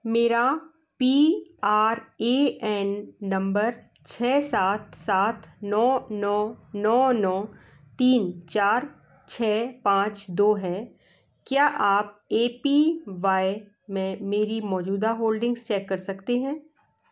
मेरा P R A N नम्बर छः सात सात नौ नौ नौ नौ तीन चार छः पाँच दो है क्या आप ए पी वाई में मेरी मौजूदा होल्डिंग्स चेक कर सकते हैं